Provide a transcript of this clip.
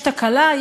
יש תקלה,